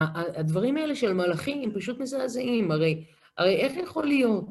הדברים האלה של מלאכים פשוט מזעזעים, הרי איך יכול להיות?